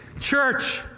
Church